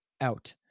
out